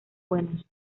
buenos